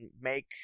make